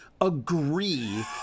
agree